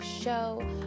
show